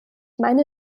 meine